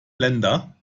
länder